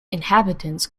inhabitants